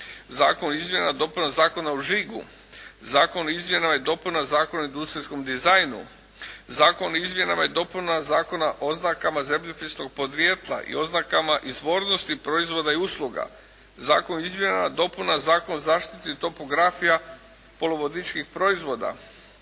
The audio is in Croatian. Zakon o izmjenama i dopunama Zakona o žigu, Zakon o izmjenama dopunama Zakona o industrijskom dizajnu, Zakon o izmjenama i dopunama Zakona o oznakama zemljopisnog podrijetla i oznakama izvornosti proizvoda i usluga, Zakon o izmjenama i dopunama Zakona o zaštiti topografija, poluvodičkih proizvoda,